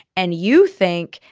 and you think,